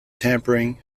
tampering